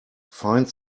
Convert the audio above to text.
find